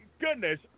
goodness